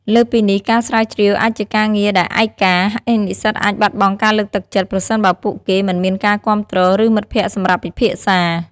លើសពីនេះ ការស្រាវជ្រាវអាចជាការងារដែលឯកា ហើយនិស្សិតអាចបាត់បង់ការលើកទឹកចិត្ត ប្រសិនបើពួកគេមិនមានការគាំទ្រ ឬមិត្តភក្តិសម្រាប់ពិភាក្សា។